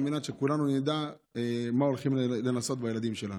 על מנת שכולנו נדע מה הולכים לנסות בילדים שלנו,